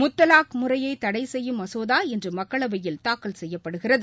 முத்தாவாக் முறையைதடைசெய்யும் மசோதா இன்றுமக்களவையில் தாக்கல் செய்யப்படுகிறது